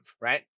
right